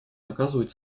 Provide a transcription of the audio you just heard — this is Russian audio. оказывать